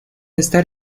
estar